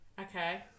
okay